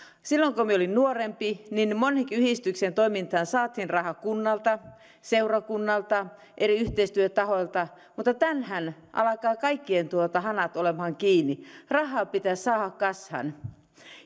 silloin kun minä olin nuorempi niin monenkin yhdistyksen toimintaan saatiin rahaa kunnalta seurakunnalta eri yhteistyötahoilta mutta tänään alkavat kaikkien hanat olemaan kiinni rahaa pitäisi saada kassaan